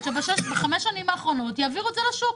שבחמש השנים האחרונות יעבירו את זה לשוק.